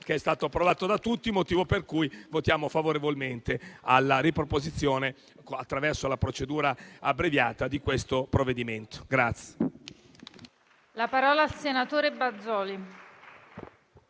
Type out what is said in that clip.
che è stato approvato da tutti, motivo per cui voteremo favorevolmente alla riproposizione, attraverso la procedura abbreviata, di questo provvedimento.